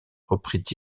reprit